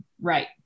right